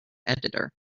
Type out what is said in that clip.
editor